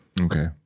Okay